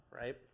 right